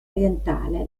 orientale